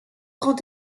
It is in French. grand